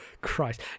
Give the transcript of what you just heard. Christ